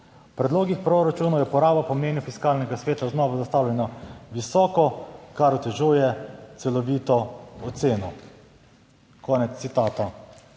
predlogih proračunov, je poraba po mnenju Fiskalnega sveta znova zastavljena visoko, kar otežuje celovito oceno." - konec citata.